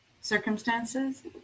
circumstances